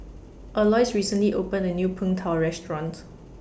Alois recently opened A New Png Tao Restaurant